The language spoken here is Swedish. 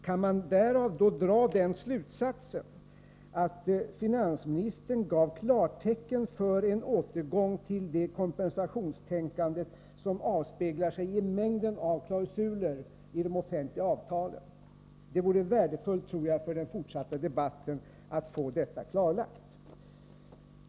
Kan man därav då dra den slutsatsen att finansministern gav klartecken för en återgång till det kompensationstänkande som avspeglar sig i mängden av klausuler i de offentliga avtalen? Det vore värdefullt, tror jag, för den fortsatta debatten att få detta klarlagt.